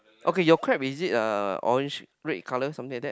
okay your crab is it a orange red color something like that